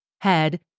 head